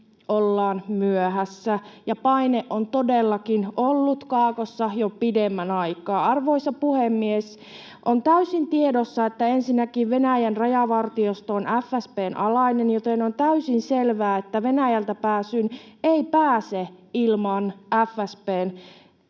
ollaan myöhässä. Ja paine on todellakin ollut kaakossa jo pidemmän aikaa. Arvoisa puhemies! On täysin tiedossa, että ensinnäkin Venäjän rajavartiosto on FSB:n alainen, joten on täysin selvää, että Venäjältä ei pääse ilman FSB:n